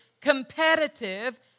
competitive